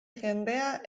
jendea